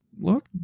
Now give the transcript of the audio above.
look